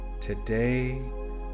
Today